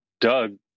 doug